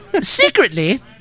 secretly